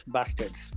Bastards